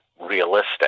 realistic